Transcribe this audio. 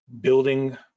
building